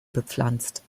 bepflanzt